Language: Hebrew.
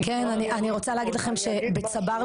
אני חושבת שגם זה הוגש במבחן תמיכה הגדול --- כן.